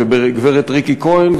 ובגברת ריקי כהן,